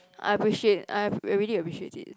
I appreciate I already appreciate it